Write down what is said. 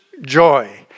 joy